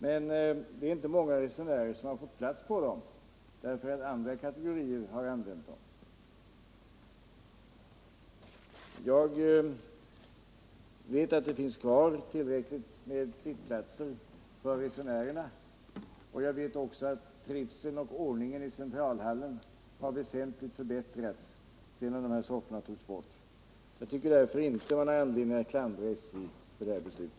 Men det är inte många resenärer som har fått plats på dem, därför att andra kategorier har använt dem. Jag vet att det finns kvar tillräckligt med sittplatser för resenärerna. Jag vet också att trivseln och ordningen i Centralhallen väsentligt förbättrats sedan de här sofforna togs bort. Jag tycker därför inte att man har anledning att klandra SJ för det här beslutet.